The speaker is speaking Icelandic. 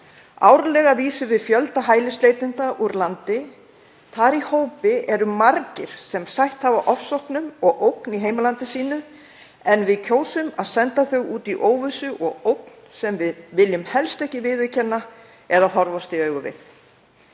Árlega vísum við fjölda hælisleitenda úr landi. Þar í hópi eru margir sem sætt hafa ofsóknum og ógn í heimalandi sínu en við kjósum að senda þau út í óvissu og ógn sem við viljum helst ekki viðurkenna eða horfast í augu við.